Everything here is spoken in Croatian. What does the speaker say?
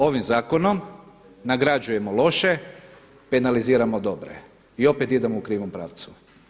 Ovim zakonom nagrađujemo loše, penaliziramo dobre i opet idemo u krivom pravcu.